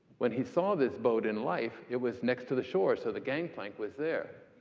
when he saw this boat in life, it was next to the shore, so the gangplank was there.